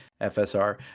FSR